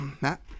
Matt